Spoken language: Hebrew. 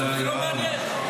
זה לא מעניין.